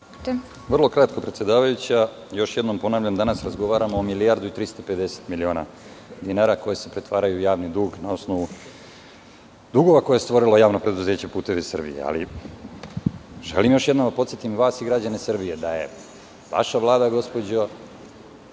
Vrlo kratko, predsedavajuća, još jednom ponavljam, danas razgovaramo o milijardu i 350 miliona dinara koji se pretvaraju u javni dug na osnovu dugova koje je stvorilo JP Putevi Srbije. Želim još jednom da podsetim vas i građane Srbije da je vaša Vlada, gospođo